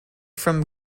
from